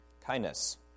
Kindness